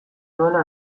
nuela